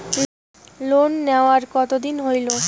Loan নেওয়ার কতদিন হইল?